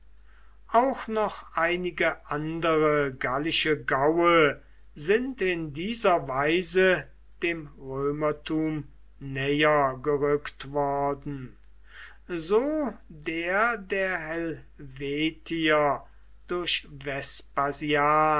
auch noch einige andere gallische gaue sind in dieser weise dem römertum näher gerückt worden so der der helvetier durch